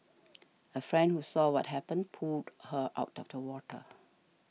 a friend who saw what happened pulled her out of the water